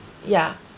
ya